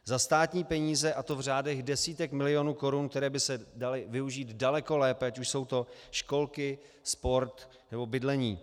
Za státní peníze, a to v řádech desítek milionů korun, které by se daly využít daleko lépe, ať už jsou to školky, sport, nebo bydlení.